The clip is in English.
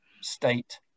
state